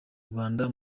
rwanda